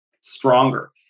stronger